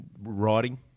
Writing